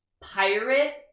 pirate